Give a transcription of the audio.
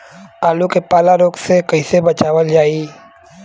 आलू के पाला रोग से कईसे बचावल जाई?